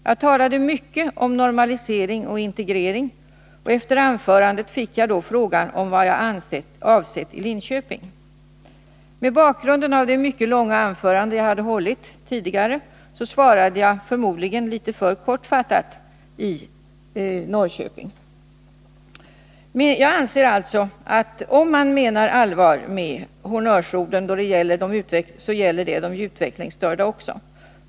Jag talade mycket om normalisering och integrering, och efter anförandet fick jag frågan om vad jag avsett i Linköping. Mot bakgrund av det mycket långa anförande jag tidigare hade hållit svarade jag förmodligen litet för Jag anser alltså att om man menar allvar med honnörsorden gäller dessa även de utvecklingsstörda.